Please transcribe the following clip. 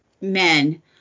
men